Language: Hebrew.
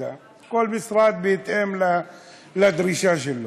כל משרד בהתאם לדרישה שלו.